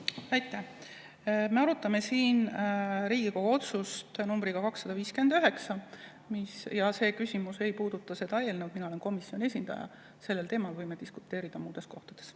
Aitäh! Me arutame siin Riigikogu otsust nr 259 ja see küsimus ei puuduta seda eelnõu. Mina olen komisjoni esindaja. Sellel teemal võime diskuteerida muudes kohtades.